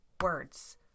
words